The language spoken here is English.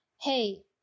hey